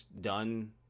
done